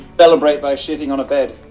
celebrate by shitting on a bed.